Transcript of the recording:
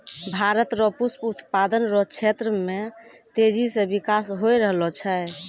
भारत रो पुष्प उत्पादन रो क्षेत्र मे तेजी से बिकास होय रहलो छै